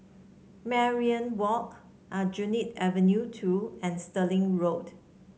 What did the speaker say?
Mariam Walk Aljunied Avenue Two and Stirling Road